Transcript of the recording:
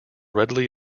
readily